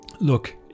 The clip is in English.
Look